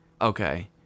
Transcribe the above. Okay